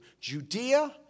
Judea